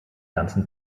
ganzen